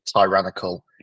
tyrannical